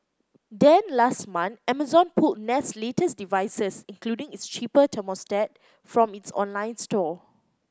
then last month Amazon pulled Nest's latest devices including its cheaper thermostat from its online store